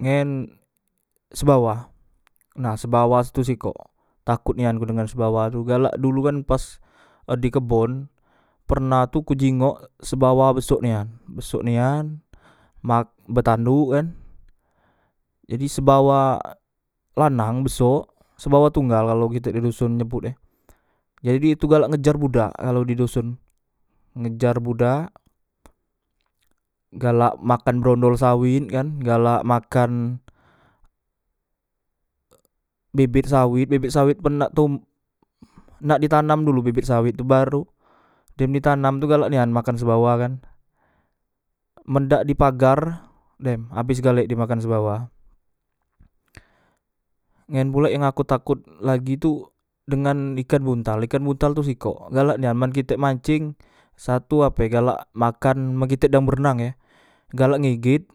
ngen subawa nah subawa tu sikok takot nia ku dengan subawa tu galak dulu kan pas di kebon pernah tu ku jinggok subawa besok nia besok nian mak betandok kan jadi subawa lanang besok subawa tunggal kalok kite di doson nyebot ejadi itu galak ngejar budak kalo di doson ngejar budak galak makan brondol sawet kan galak makan ek bebet sawet bebet sawet men nak tomb nak di tanam dulu bebet sawet tu baru dem di tanam tu galak nian dimakan subawa kan men dak di pagar dem abes galek dimakan subawa ngen pulek yang aku takot lagi tu dengan ikan buntal ikan buntal tu sikok galak nian men kitek manceng satu apek galak makan men kite dang berenang e galak ngeget